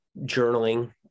journaling